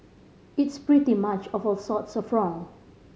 it's pretty much of all sorts of wrong